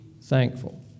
thankful